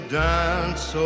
dance